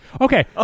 okay